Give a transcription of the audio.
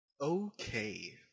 Okay